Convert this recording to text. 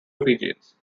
fijians